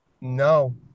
No